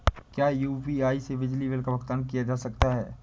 क्या यू.पी.आई से बिजली बिल का भुगतान किया जा सकता है?